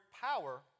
power